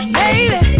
baby